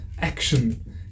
action